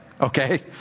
Okay